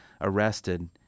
arrested